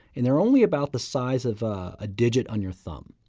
and they're only about the size of a digit on your thumb,